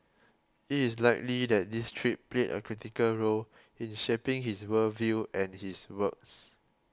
it is likely that this trip played a critical role in shaping his world view and his works